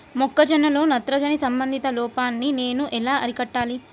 మొక్క జొన్నలో నత్రజని సంబంధిత లోపాన్ని నేను ఎలా అరికట్టాలి?